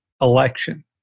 election